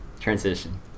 Transition